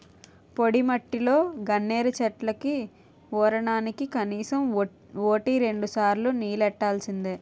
పొడిమట్టిలో గన్నేరు చెట్లకి వోరానికి కనీసం వోటి రెండుసార్లు నీల్లెట్టాల్సిందే